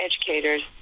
educators